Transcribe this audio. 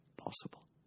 possible